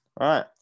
right